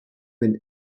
been